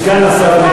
סגן השר המקשר.